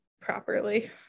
properly